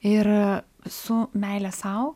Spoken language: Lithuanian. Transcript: ir su meile sau